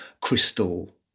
crystal